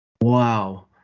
wow